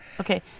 okay